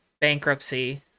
bankruptcy